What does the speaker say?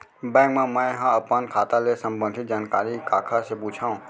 Bank मा मैं ह अपन खाता ले संबंधित जानकारी काखर से पूछव?